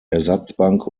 ersatzbank